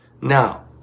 Now